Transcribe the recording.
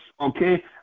okay